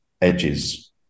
edges